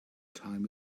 time